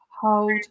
hold